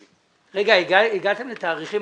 רגע, הגעתם לתאריכים?